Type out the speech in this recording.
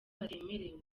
batemerewe